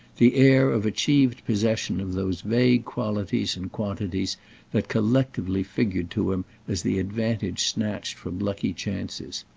the air of achieved possession of those vague qualities and quantities that collectively figured to him as the advantage snatched from lucky chances.